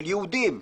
של יהודים,